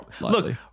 Look